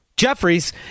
Jeffries